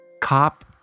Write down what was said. cop